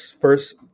first